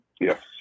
Yes